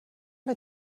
vas